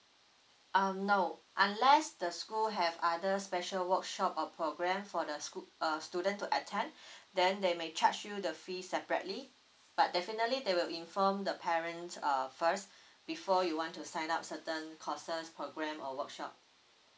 um no unless the school have other special workshop or programme for the stu~ err student to attend then they may charge you the fee separately but definitely they will inform the parents err first before you want to sign up certain courses programme or workshop